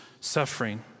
suffering